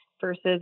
versus